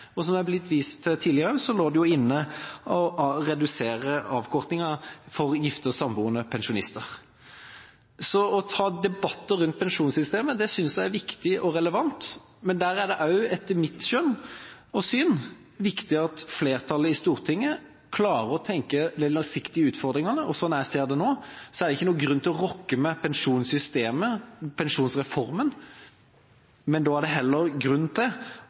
mer. Som det er blitt vist til tidligere, lå det inne å redusere avkortingen for gifte og samboende pensjonister. Å ta debatter om pensjonssystemet synes jeg er viktig og relevant, men det er etter mitt skjønn og mitt syn også viktig at flertallet i Stortinget klarer å tenke på de langsiktige utfordringene. Slik jeg nå ser det, er det ikke noen grunn til å rokke ved pensjonssystemet, pensjonsreformen. Da er det heller grunn til